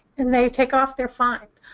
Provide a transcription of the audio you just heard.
and they take off. they're fine.